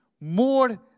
more